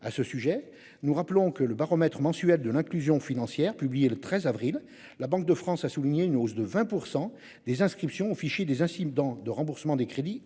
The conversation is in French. à ce sujet, nous rappelons que le baromètre mensuel de l'inclusion financière. Publié le 13 avril, la Banque de France a souligné une hausse de 20% des inscription au fichier des incidents de remboursement des crédits